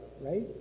right